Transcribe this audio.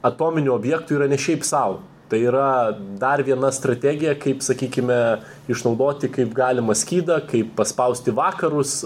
atominių objektų yra ne šiaip sau tai yra dar viena strategija kaip sakykime išnaudoti kaip galima skydą kaip paspausti vakarus